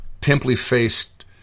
pimply-faced